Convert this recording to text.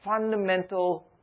fundamental